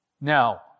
Now